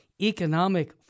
economic